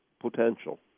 potential